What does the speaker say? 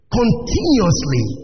continuously